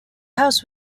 house